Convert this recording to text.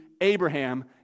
Abraham